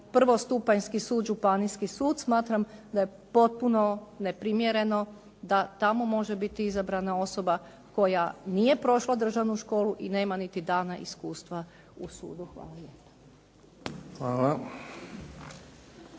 prvostupanjski sud županijski sud, smatram da je potpuno neprimjereno da tamo može biti izabrana osoba koja nije prošla državnu školu i nema niti dana iskustva u sudu. Hvala